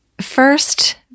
first